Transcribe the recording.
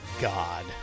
God